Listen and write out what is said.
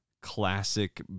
classic